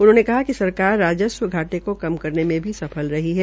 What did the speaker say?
उनहोंने कहा कि सरकार राजस्व घाटे को कम करने में भी सफल रही है